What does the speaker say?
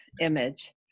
image